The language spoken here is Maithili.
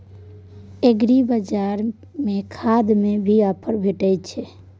एग्रीबाजार में खाद में भी ऑफर भेटय छैय?